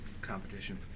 competition